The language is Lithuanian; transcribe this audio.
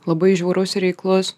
labai žiaurus ir reiklus